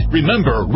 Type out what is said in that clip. Remember